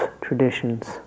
traditions